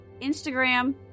instagram